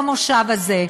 במושב הזה,